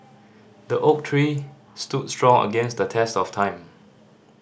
the oak tree stood strong against the test of time